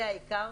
זה העיקר.